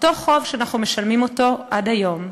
אותו חוב שאנחנו משלמים עד היום.